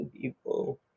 people